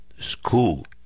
school